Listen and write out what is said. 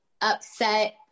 upset